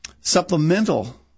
supplemental